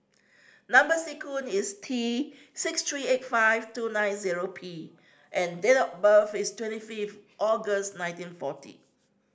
number sequence is T six three eight five two nine zero P and date of birth is twenty fifth August nineteen forty